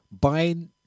buying